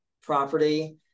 property